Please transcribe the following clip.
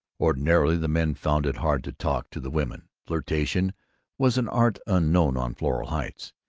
ordinarily the men found it hard to talk to the women flirtation was an art unknown on floral heights,